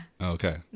okay